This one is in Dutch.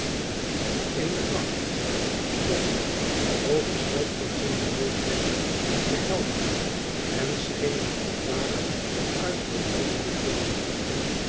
in de vlakte stond overstelpt van zinneloosheid de held en scheen te ontwaken uit verwilderde droomen